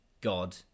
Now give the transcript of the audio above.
God